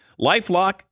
LifeLock